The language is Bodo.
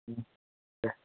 दे